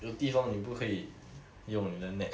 有地方你不可以用你的 nets